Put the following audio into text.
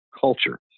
culture